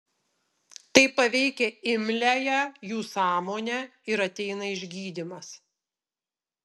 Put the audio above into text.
tai paveikia imliąją jų sąmonę ir ateina išgydymas